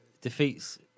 defeats